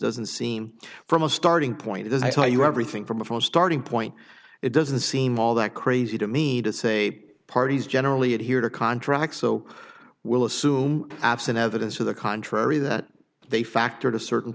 doesn't seem from a starting point as i tell you everything from a starting point it doesn't seem all that crazy to me to say parties generally it here contracts so we'll assume absent evidence to the contrary that they factored a certain